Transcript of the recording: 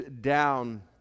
down